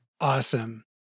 Awesome